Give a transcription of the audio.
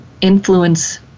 influence